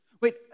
Wait